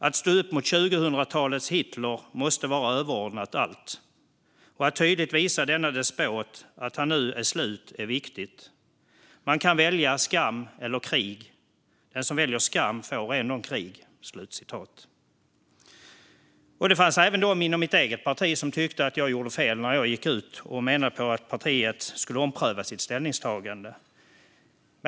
Att stå upp mot 2000-talets Hitler måste vara överordnat allt, och att tydligt visa denna despot att han nu är slut är viktigt. Man kan välja skam eller krig. Den som väljer skam får ändå krig. Det fanns även personer i mitt eget parti som tyckte att jag gjorde fel när jag gick ut och menade att partiet skulle ompröva sitt ställningstagande.